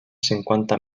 cinquanta